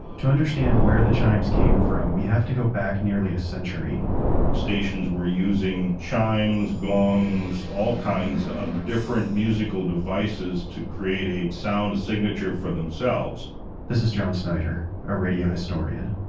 to understand where the chimes came from, we have to go back nearly a century stations were using chimes, gongs, all kinds of different musical devices to create a sound signature for themselves this is john snyder, a radio historian.